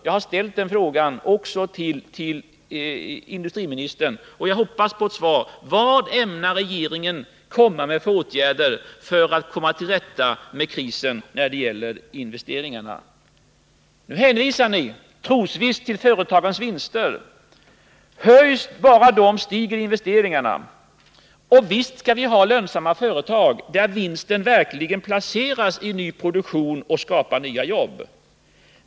Jag har ställt den frågan också till industriministern, och jag hoppas på ett svar: Vilka åtgärder ämnar regeringen föreslå för att vi skall komma till rätta med krisen när det gäller investeringarna? Nu hänvisar man trosvisst till företagens vinster. Höjs bara dessa, stiger investeringarna. Visst skall vi ha lönsamma företag, där vinsten verkligen placeras i ny produktion och skapar nya jobb.